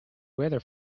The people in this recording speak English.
weather